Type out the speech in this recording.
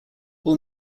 all